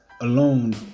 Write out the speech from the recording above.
alone